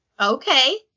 Okay